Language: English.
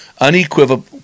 unequivocal